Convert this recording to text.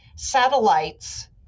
satellites